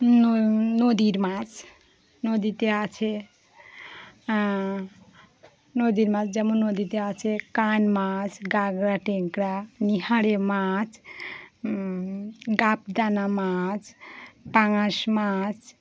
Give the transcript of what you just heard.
নদীর মাছ নদীতে আছে নদীর মাছ যেমন নদীতে আছে কান মাছ গাগরা টেকরা নিহাারে মাছ গাপদানা মাছ পাঙ্গাশ মাছ